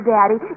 Daddy